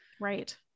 right